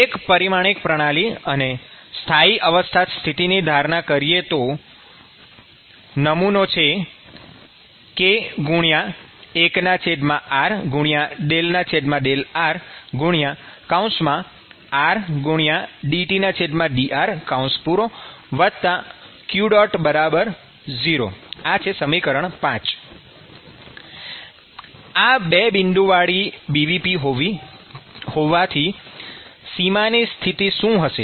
એક પરિમાણિક પ્રણાલી અને સ્થાયી અવસ્થા સ્થિતિની ધારણા કરીએ તો નમૂનો છે k1r∂rr∂T∂rq0 ૫ આ બે બિંદુ વાળી BVP હોવાથી સીમાની સ્થિતિ શું થશે